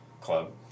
club